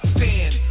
Stand